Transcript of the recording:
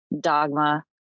dogma